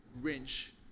wrench